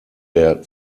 der